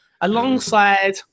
alongside